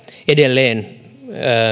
edelleen